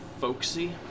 folksy